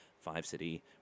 five-city